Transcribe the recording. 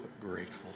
grateful